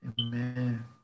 Amen